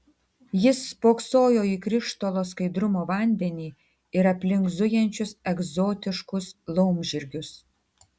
jis spoksojo į krištolo skaidrumo vandenį ir aplink zujančius egzotiškus laumžirgius